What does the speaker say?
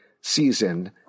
season